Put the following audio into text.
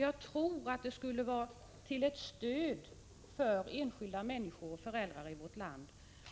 Jag tror att det skulle vara ett stöd för enskilda människor och föräldrar i vårt land